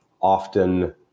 often